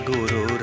Guru